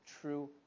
true